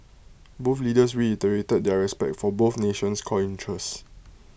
both leaders reiterated their respect for both nation's core interests